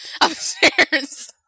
upstairs